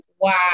wow